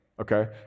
okay